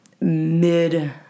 mid